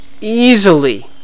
easily